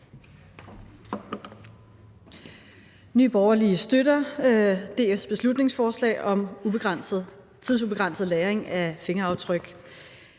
Nye Borgerlige støtter DF's beslutningsforslag om tidsubegrænset lagring af fingeraftryk.